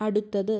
അടുത്തത്